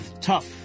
tough